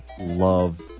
love